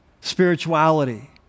spirituality